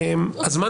הזמן